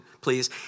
please